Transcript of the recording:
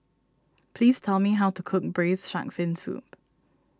please tell me how to cook Braised Shark Fin Soup